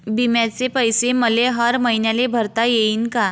बिम्याचे पैसे मले हर मईन्याले भरता येईन का?